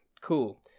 Cool